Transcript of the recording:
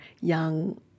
young